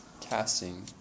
casting